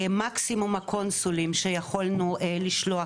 מקסימום הקונסולים שיכולנו לשלוח,